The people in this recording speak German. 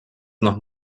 noch